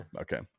Okay